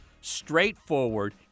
straightforward